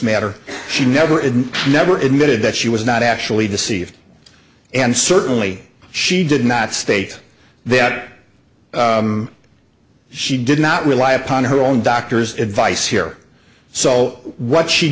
matter she never in never admitted that she was not actually deceived and certainly she did not state that she did not rely upon her own doctor's advice here so what she